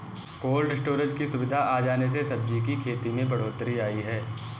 cold storage की सुविधा आ जाने से सब्जी की खेती में बढ़ोत्तरी आई है